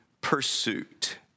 pursuit